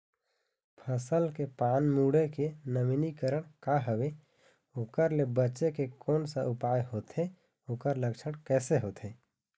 फसल के पान मुड़े के नवीनीकरण का हवे ओकर ले बचे के कोन सा उपाय होथे ओकर लक्षण कैसे होथे?